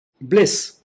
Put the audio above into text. bliss